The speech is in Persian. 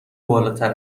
بالاتر